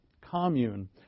commune